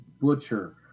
butcher